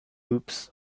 hoops